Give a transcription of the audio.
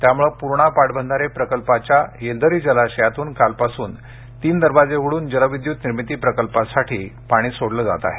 त्यामुळ पूर्णा पाटबंधारे प्रकल्पाच्या येलदरी जलाशयातून कालपासून तीन दरवाजे उघडून जलविद्युत निर्मिती प्रकल्पासाठी पाणी सोडलं जात आहे